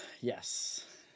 Yes